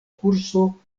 kurso